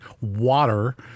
water